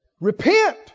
repent